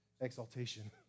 Exaltation